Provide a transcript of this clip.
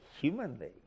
humanly